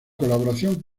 colaboración